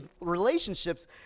relationships